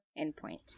Endpoint